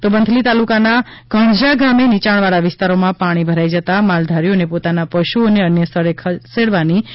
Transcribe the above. તો વંથલી તાલુકાના કણઝા ગામે નીયાણવાળા વિસ્તારોમાં પાણી ભરાઈ જતાં માલધારીઓને પોતાના પશુઓને અન્ય સ્થળે ખસેડવાની ફરજ પડી હતી